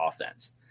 offense